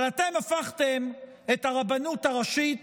אבל אתם הפכתם את הרבנות הראשית